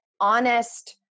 honest